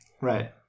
right